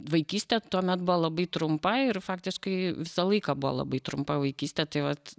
vaikystė tuomet buvo labai trumpa ir faktiškai visą laiką buvo labai trumpa vaikystė tai vat